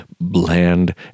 bland